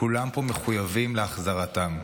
כולם פה מחויבים להחזרתם.